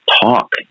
talk